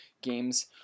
games